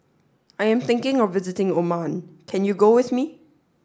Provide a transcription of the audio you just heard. I am thinking of visiting Oman can you go with me